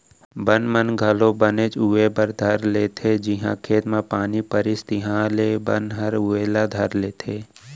बन मन घलौ बनेच उवे बर धर लेथें जिहॉं खेत म पानी परिस तिहॉले बन ह उवे ला धर लेथे